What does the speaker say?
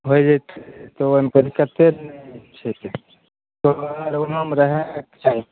होइ जइतइ तऽ ओहेनपर केते नाम छिकइ जोगार ओहन रहइके चाही